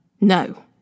No